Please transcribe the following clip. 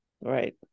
Right